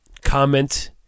Comment